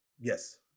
Yes